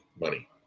money